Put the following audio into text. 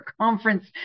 conference